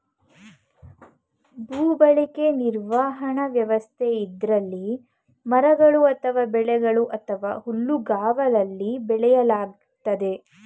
ಭೂಬಳಕೆ ನಿರ್ವಹಣಾ ವ್ಯವಸ್ಥೆ ಇದ್ರಲ್ಲಿ ಮರಗಳು ಅಥವಾ ಬೆಳೆಗಳು ಅಥವಾ ಹುಲ್ಲುಗಾವಲಲ್ಲಿ ಬೆಳೆಯಲಾಗ್ತದೆ